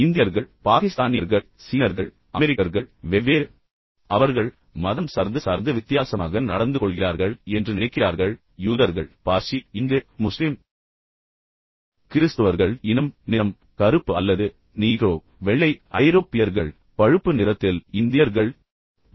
எனவே இந்தியர்கள் பாகிஸ்தானியர்கள் சீனர்கள் அமெரிக்கர்கள் எனவே வெவ்வேறு அவர்கள் மதம் சார்ந்து சார்ந்து வித்தியாசமாக நடந்துகொள்கிறார்கள் என்று நினைக்கிறார்கள் யூதர்கள் பார்சி இந்து முஸ்லீம் கிறிஸ்துவர்கள் இனம் நிறம் கருப்பு அல்லது நீக்ரோ வெள்ளை ஐரோப்பியர்கள் பின்னர் பழுப்பு நிறத்தில் இந்தியர்கள் பின்னர் தெற்காசியர்கள் மஞ்சள் நிறத்தில் உள்ளனர்